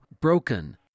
Broken